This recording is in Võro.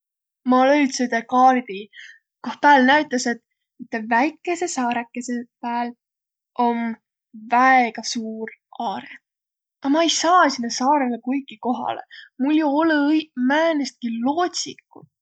Ma löüdse üte kaardi, koh pääl näütäs, et üte väikese saarõkõsõ pääl om väega suur aarõq. A ma ei saaq sinnäq saarõlõ kuiki kohalõ, mul jo olõ-õiq määnestki loodsikut.